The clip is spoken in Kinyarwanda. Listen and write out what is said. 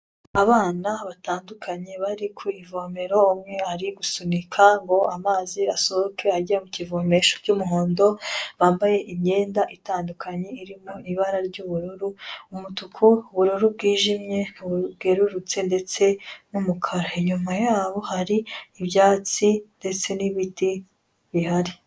Abana batandukanye bari ku ivomero, umwe ari gusunika ngo amazi asohoke ajye mu kivomesho cy'umuhondo, bambaye imyenda itandukanye irimo ibara ry'ubururu, umutuku, ubururu bw'ijimye, ubururu bwerurutse, ndetse n'umukara. Inyuma yabo hari ibyatsi ndetse n'ibiti bihari.